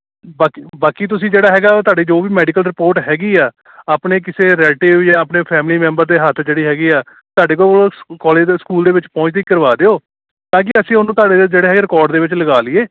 ਬਾਕੀ ਬਾਕੀ ਤੁਸੀਂ ਜਿਹੜਾ ਹੈਗਾ ਉਹ ਤੁਹਾਡੀ ਜੋ ਵੀ ਮੈਡੀਕਲ ਰਿਪੋਰਟ ਹੈਗੀ ਆ ਆਪਣੇ ਕਿਸੇ ਰੈਲਟਿਵ ਯਾਂ ਆਪਣੇ ਫੈਮਲੀ ਮੈਂਬਰ ਦੇ ਹੱਥ ਜਿਹੜੀ ਹੈਗੀ ਆ ਤੁਹਾਡੇ ਕੋਲ ਉਹ ਕੋਲੇਜ ਦੇ ਸਕੂਲ ਦੇ ਵਿੱਚ ਪਹੁੰਚਦੀ ਕਰਵਾ ਦਿਓ ਤਾਂ ਕਿ ਅਸੀਂ ਉਹਨੂੰ ਤੁਹਾਡੇ ਜਿਹੜੇ ਹੈਗੇ ਰਕੋਡ ਦੇ ਵਿੱਚ ਲਗਾ ਲਈਏ